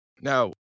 Now